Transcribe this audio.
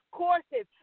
courses